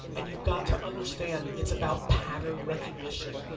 and you've got to understand, it's about pattern recognition.